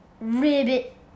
Ribbit